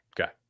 okay